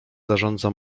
zarządza